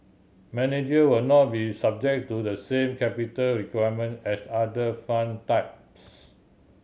manager will not be subject to the same capital requirement as other fund types